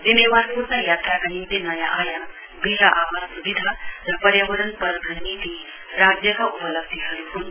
जिम्मेवार पूर्ण यात्राका निम्ति नयाँ आयाम गृह आवास स्विधा र पर्यावरण परख नीति राज्यका उपलब्धीहरु हन्